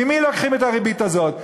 ממי לוקחים את הריבית הזאת?